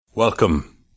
Welcome